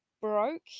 broke